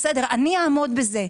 אני אעמוד בזה,